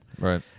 Right